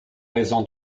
raison